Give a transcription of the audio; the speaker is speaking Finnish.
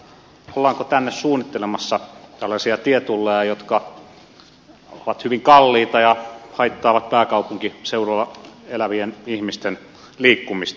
ollaanko tänne suunnittelemassa tällaisia tietulleja jotka ovat hyvin kalliita ja haittaavat pääkaupunkiseudulla elävien ihmisten liikkumista